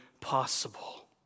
possible